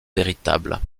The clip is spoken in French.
véritables